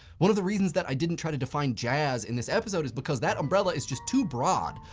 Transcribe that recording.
one of the reasons that i didn't try to define jazz in this episode is because that umbrella is just too broad.